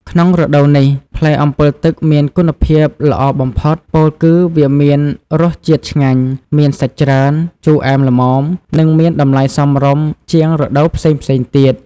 ក្នុងរដូវនេះ ផ្លែអម្ពិលទឹកមានគុណភាពល្អបំផុត ពោលគឺវាមានរសជាតិឆ្ងាញ់ មានសាច់ច្រើន ជូរអែមល្មម និងមានតម្លៃសមរម្យជាងរដូវផ្សេងៗទៀត។